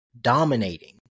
dominating